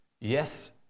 yes